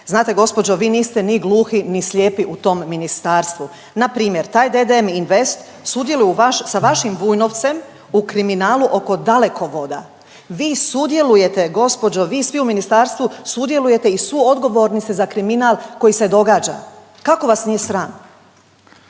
Znate gospođo, vi niste ni gluhi, ni slijepi u tom ministarstvu. Npr. taj DDM INVEST sudjeluje sa vašim Vujnovcem u kriminalu oko Dalekovoda. Vi sudjelujete, gospođo vi svi u ministarstvu sudjelujete i suodgovorni ste za kriminal koji se događa, kako vas nije sram?